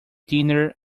dinner